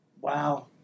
wow